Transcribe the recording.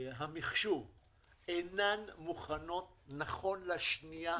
המחשוב אינן מוכנות נכון לשנייה זו.